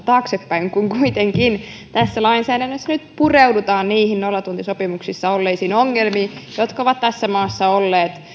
taaksepäin kun kuitenkin tässä lainsäädännössä nyt pureudutaan niihin nollatuntisopimuksissa olleisiin ongelmiin jotka ovat tässä maassa olleet